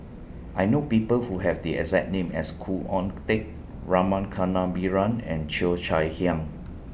I know People Who Have The exact name as Khoo Oon Teik Rama Kannabiran and Cheo Chai Hiang